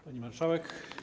Pani Marszałek!